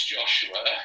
Joshua